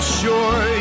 sure